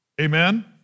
Amen